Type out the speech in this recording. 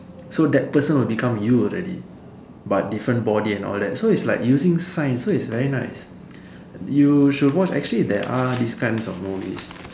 so that person will become you already but different body and all that so it's like using science so it's very nice you should watch actually there's are these kinds of movies